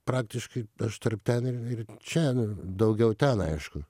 praktiškai aš tarp ten ir ir čia daugiau ten aišku